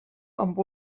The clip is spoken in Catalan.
amb